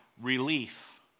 relief